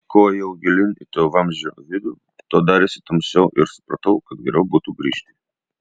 kuo ėjau gilyn į to vamzdžio vidų tuo darėsi tamsiau ir supratau kad geriau būtų grįžti